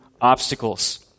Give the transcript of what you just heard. obstacles